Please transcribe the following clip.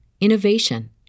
innovation